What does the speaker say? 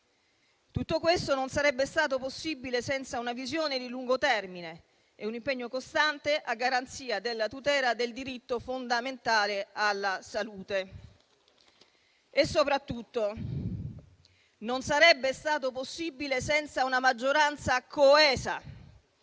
Tutto questo non sarebbe stato possibile senza una visione di lungo termine e un impegno costante a garanzia della tutela del diritto fondamentale alla salute. E, soprattutto, non sarebbe stato possibile senza una maggioranza coesa.